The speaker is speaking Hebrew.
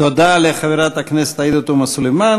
תודה לחברת הכנסת עאידה תומא סלימאן.